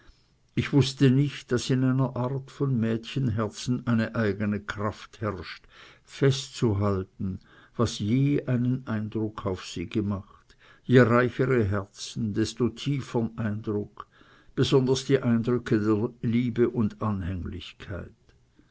ich wußte nicht daß in einer art von mädchenherzen eine eigene kraft herrscht festzuhalten was je einen eindruck auf sie gemacht je reichere herzen desto tiefern eindruck besonders die eindrücke der liebe und anhänglichkeit